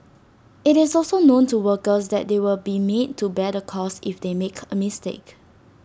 IT is also known to workers that they will be made to bear the cost if they make A mistake